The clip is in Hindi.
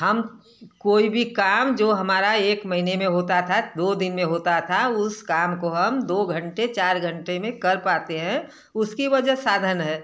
हम कोई भी काम जो हमारा एक महीने में होता था दो दिन में होता था उस काम को हम दो घंटे चार घंटे में कर पाते हैं उसकी वजह साधन है